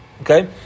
Okay